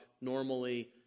normally